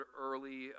early